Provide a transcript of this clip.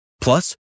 Plus